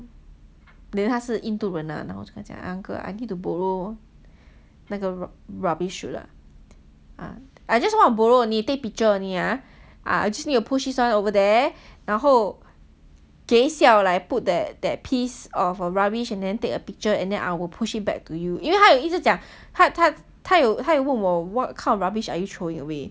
then 他是印度人 ah 然后我就讲 uncle I need to borrow 那个 rubbish chute ah I just wanna borrow only take picture only ah I just need to push this one over there 然后 geh siao like put that that piece of a rubbish and then take a picture and then I will push it back to you 因为他有一直讲 like what kind of rubbish are you throwing away